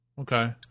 Okay